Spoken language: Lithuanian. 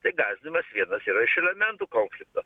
tai gasdinimas vienas yra iš elementų konflikto